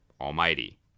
almighty